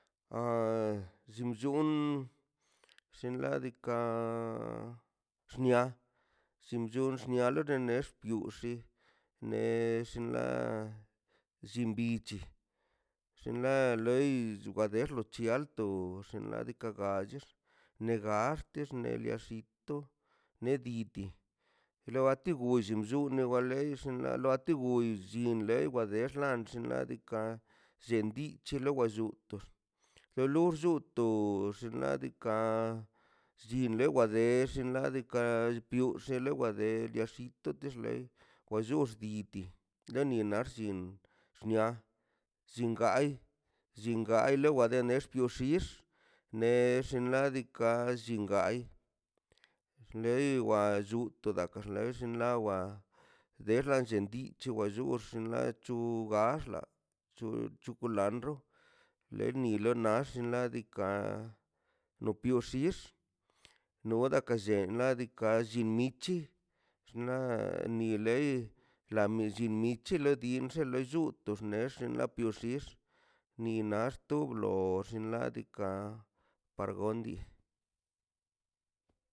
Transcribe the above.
Em bllin chun xinladika xnia bllin bun bllia next tiu tuxi ne xinla llin bic̱hi xinla loi wa der lochialto xinladika gach ne gaxts nealixito nedidi legati ni llinllu tu no wa le loati bull llinle wadexlan dan xinladika en dich dolo wa llo kutox dolox lluto xinladika llinle wadex llin ladika wa piox llinla wa dex lia xito lei wa chux didi le ni nax di xnia llingai llingai lo de wa ne diox puex xix nex xinladika la llingai xṉe wan lluto lak xne wan de dan xicho wa lluch xwa chu gugaxla chu chukulandro le ni le nax no piox xix no de kan llei lai diikaꞌ llimichi xnaꞌ di le la milli micho lo nix lluto next xinlato bxix ni nax to blo o xinladika par gondi